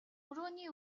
өрөөний